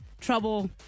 trouble